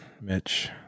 Mitch